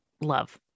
love